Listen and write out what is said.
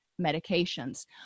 medications